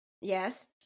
yes